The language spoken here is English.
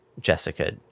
Jessica